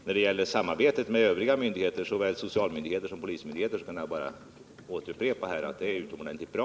När det gäller samarbetet med andra myndigheter — såväl sociala myndigheter som polismyndigheter — kan jag bara upprepa att det är utomordentligt bra.